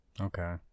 Okay